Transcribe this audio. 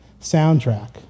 soundtrack